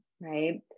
right